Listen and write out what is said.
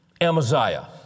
Amaziah